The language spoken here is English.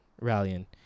rallying